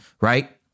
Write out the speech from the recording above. Right